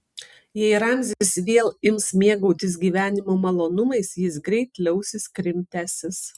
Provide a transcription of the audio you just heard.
jei ramzis vėl ims mėgautis gyvenimo malonumais jis greit liausis krimtęsis